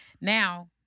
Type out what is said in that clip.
Now